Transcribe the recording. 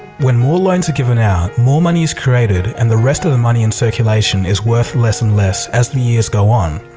when more loans are given out more money is created and the rest of the money in circulation is worth less and less as the years go on.